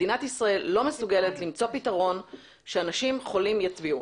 מדינת ישראל לא מסוגלת למצוא פתרון שאנשים חולים יצביעו.